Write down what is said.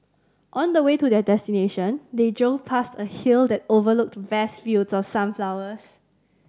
on the way to their destination they drove past a hill that overlooked vast fields of sunflowers